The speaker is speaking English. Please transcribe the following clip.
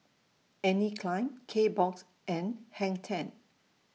Anne Klein Kbox and Hang ten